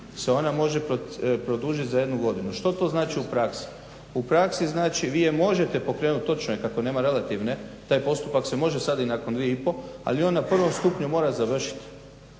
se ona može produžit za jednu godinu. Što to znači u praksi. U praksi znači vi je možete pokrenuti, točno je kako nema relativne taj postupak se može sad i nakon dvije i pol, ali on na prvom stupnju mora završit